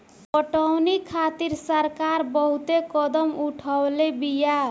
पटौनी खातिर सरकार बहुते कदम उठवले बिया